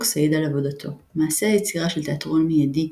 פוקס העיד על עבודתו "מעשה היצירה של תיאטרון מיידי,